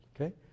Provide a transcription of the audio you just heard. Okay